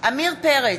עמיר פרץ,